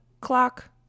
clock